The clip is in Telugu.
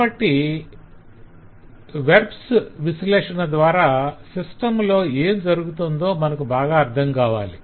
కాబట్టి వెర్బ్స్ క్రియ విశ్లేషణ ద్వారా సిస్టం లో ఏం జరుగుతుందో మనకు బాగా అర్ధంకావాలి